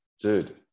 Dude